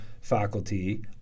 faculty